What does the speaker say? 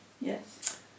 Yes